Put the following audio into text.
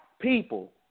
people